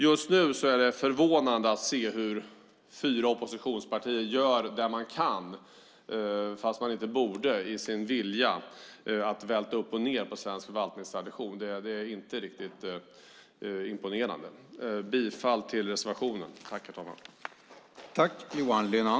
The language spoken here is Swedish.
Just nu är det förvånande att se hur fyra oppositionspartier gör det man kan, fast man inte borde, i sin vilja att välta upp och ned på svensk förvaltningstradition. Det är inte särskilt imponerande. Bifall till reservationen!